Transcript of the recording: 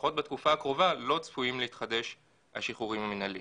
לפחות בתקופה הקרובה לא צפויים להתחדש השחרורים המינהליים.